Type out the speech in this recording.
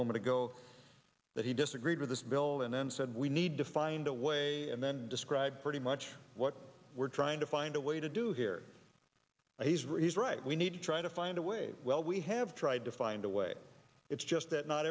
moment ago that he disagreed with this bill and then said we need to find a way and then describe pretty much what we're trying to find a way to do here and he's very he's right we need to try to find a way well we have tried to find a way it's just